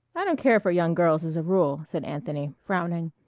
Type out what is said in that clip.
i don't care for young girls as a rule, said anthony, frowning.